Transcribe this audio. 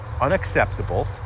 unacceptable